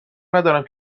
ندارم